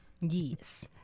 Yes